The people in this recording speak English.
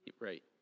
Right